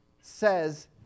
says